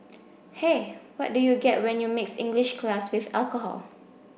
hey what do you get when you mix English class with alcohol